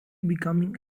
becoming